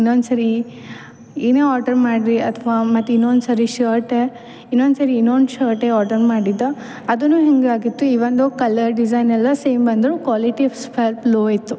ಇನ್ನೊಂದ್ಸರಿ ಏನೇ ಆಡ್ರ್ ಮಾಡ್ರಿ ಅಥ್ವ ಮತ್ತು ಇನ್ನೊಂದ್ಸರಿ ಶರ್ಟ್ ಇನ್ನೊಂದ್ಸರಿ ಇನ್ನೊಂದು ಶರ್ಟೇ ಆರ್ಡರ್ ಮಾಡಿದ್ದೆ ಅದುನು ಹಿಂಗೇ ಆಗಿತ್ತು ಈ ಒಂದು ಕಲರ್ ಡಿಸೈನ್ ಎಲ್ಲ ಸೇಮ್ ಬಂದರು ಕ್ವಾಲಿಟಿ ಸ್ವಲ್ಪ್ ಲೊ ಇತ್ತು